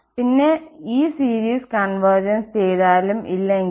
പിന്നെ സാരമില്ല ഈ സീരിസ് കോൺവെർജിൻസ് ചെയ്താലും ഇല്ലെങ്കിലും